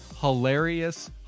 Hilarious